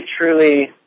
truly